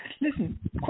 listen